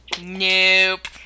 Nope